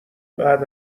بعد